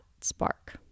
spark